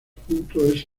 puntos